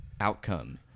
outcome